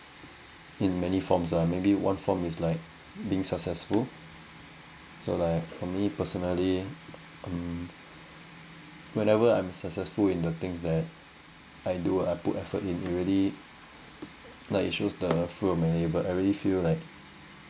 in many forms ah maybe one form is like being successful so like for me personally mm whenever I'm successful in the things that I do I put effort in it already like it shows the fruits of my labour I really feel like